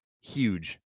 Huge